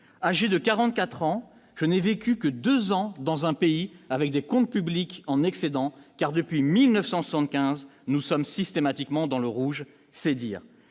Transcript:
âgé de 44 ans, je n'ai vécu que 2 ans dans un pays avec des comptes publics en excédent car depuis 1975 nous sommes systématiquement dans le rouge, c'est dire,